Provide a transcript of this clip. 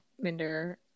Minder